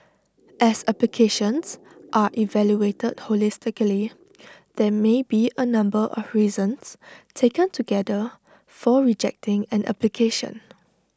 as applications are evaluated holistically there may be A number of reasons taken together for rejecting an application